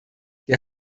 der